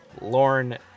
Lauren